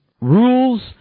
rules